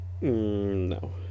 No